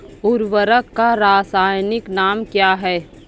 उर्वरक का रासायनिक नाम क्या है?